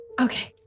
Okay